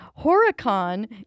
Horicon